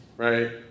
right